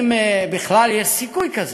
אם בכלל יש סיכוי כזה,